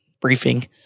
briefing